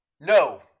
No